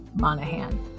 Monahan